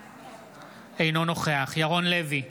אינו נוכח ירון לוי,